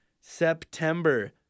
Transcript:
september